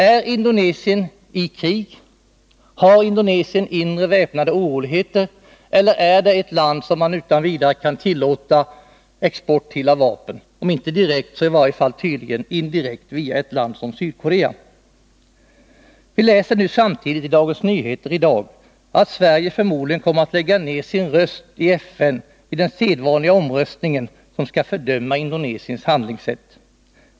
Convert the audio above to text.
Är Indonesien i krig, har Indonesien inre väpnade oroligheter eller är Indonesien ett land till vilket man utan vidare kan tillåta export av vapen, om inte direkt så i varje fall indirekt via ett land som Sydkorea? I dag kan vi i Dagens Nyheter läsa att Sverige förmodligen kommer att lägga ned sin röst i FN vid den sedvanliga omröstningen som skall fördöma Indonesiens handlingssätt.